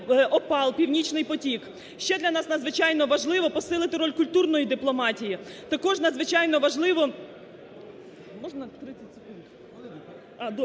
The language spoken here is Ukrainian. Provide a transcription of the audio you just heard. ОПАЛ, "Північний потік". Ще для нас надзвичайно важливо, посилити роль культурної дипломатії. Також надзвичайно важливо.